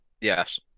Yes